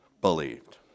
believed